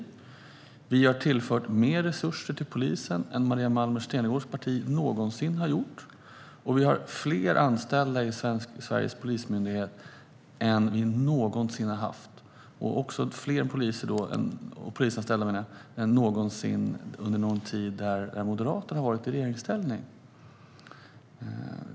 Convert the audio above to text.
Regeringen har tillfört mer resurser till polisen än vad Maria Malmer Stenergards parti någonsin har gjort. Och det finns fler anställda i Sveriges polismyndighet än vad vi någonsin tidigare har haft. Vi har även fler polisanställda än under den tid då Moderaterna var i regeringsställning.